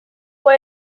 por